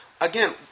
again